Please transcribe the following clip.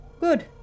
Good